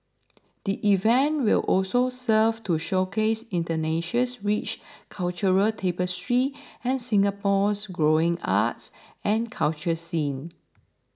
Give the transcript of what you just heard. the event will also serve to showcase Indonesia's rich cultural tapestry and Singapore's growing arts and culture scene